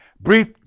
Brief